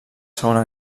segona